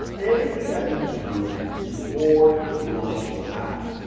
everything that you need to do before you launch your ads.